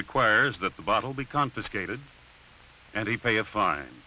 requires that the bottle be confiscated and he pay a fine